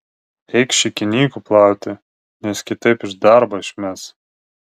eik šikinykų plauti nes kitaip iš darbo išmes